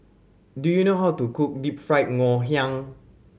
do you know how to cook deep fry Ngoh Hiang